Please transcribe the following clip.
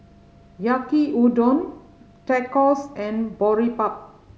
Yaki Udon Tacos and Boribap